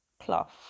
cloth